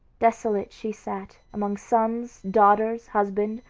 desolate she sat, among sons, daughters, husband,